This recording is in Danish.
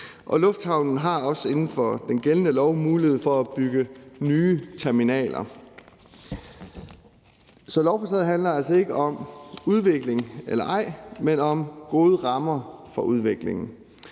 lufthavnen har også inden for den gældende lov mulighed for at bygge nye terminaler. Så lovforslaget handler altså ikke om, der skal være udvikling eller ej, men om gode rammer for udviklingen.